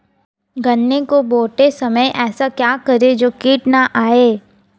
गन्ने को बोते समय ऐसा क्या करें जो कीट न आयें?